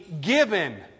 given